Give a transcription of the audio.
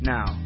Now